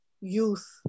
Youth